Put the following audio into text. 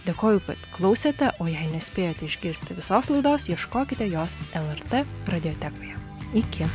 dėkoju kad klausėte o jei nespėjate išgirsti visos laidos ieškokite jos lrt radiotekoje iki